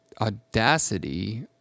audacity